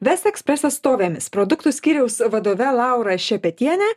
vest ekspres atstovėmis produktų skyriaus vadove laura šepetienė